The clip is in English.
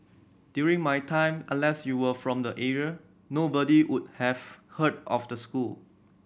during my time unless you were from the area nobody would have heard of the school